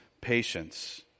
patience